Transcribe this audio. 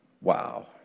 Wow